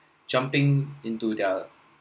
jumping into their